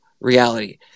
reality